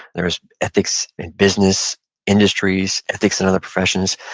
there was ethics in business industries, ethics in other professions,